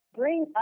bring